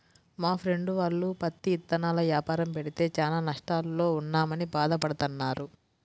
మా ఫ్రెండు వాళ్ళు పత్తి ఇత్తనాల యాపారం పెడితే చానా నష్టాల్లో ఉన్నామని భాధ పడతన్నారు